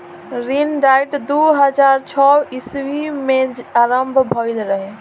ऋण डाइट दू हज़ार छौ ईस्वी में आरंभ भईल रहे